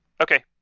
Okay